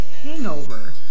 hangover